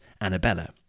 Annabella